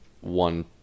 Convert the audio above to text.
one